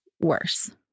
worse